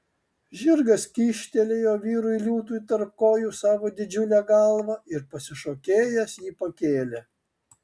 žirgas kyštelėjo vyrui liūtui tarp kojų savo didžiulę galvą ir pasišokėjęs jį pakėlė